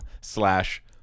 slash